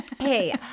Hey